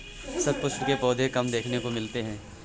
शतपुष्प के पौधे बहुत कम देखने को मिलते हैं